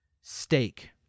steak